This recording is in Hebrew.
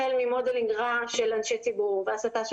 החל ממודלינג רע של אנשי ציבור והסתה של